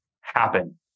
happen